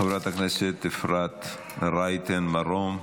חברת הכנסת אפרת רייטן מרום.